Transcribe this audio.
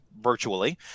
virtually